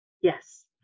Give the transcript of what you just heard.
Yes